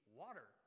water